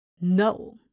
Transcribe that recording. No